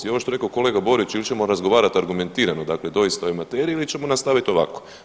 I ovo što je rekao kolega Borić ili ćemo razgovarati argumentirano, dakle doista o materiji ili ćemo nastaviti ovako.